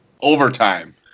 overtime